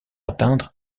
atteindre